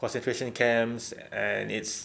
concentration camps and it's